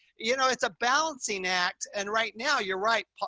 you know, it's a balancing act. and right now you're right,